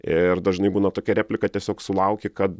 ir dažnai būna tokia replika tiesiog sulauki kad